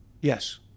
Yes